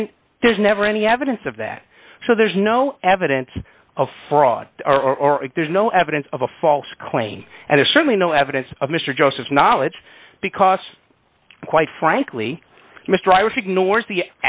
and there's never any evidence of that so there's no evidence of fraud or or there's no evidence of a false claim and there's certainly no evidence of mr joseph knowledge because quite frankly mr i was ignores the